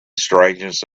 strangeness